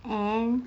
and